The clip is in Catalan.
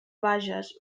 bages